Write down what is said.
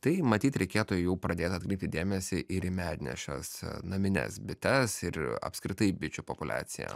tai matyt reikėtų jau pradėt atkreipti dėmesį ir į mednešes namines bites ir apskritai bičių populiaciją